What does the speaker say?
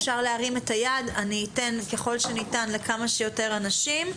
אפשר להרים את היד ואני אאפשר ככל שניתן לכמה שיותר אנשים.